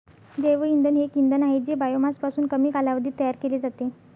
जैवइंधन हे एक इंधन आहे जे बायोमासपासून कमी कालावधीत तयार केले जाते